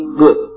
good